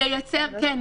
כן,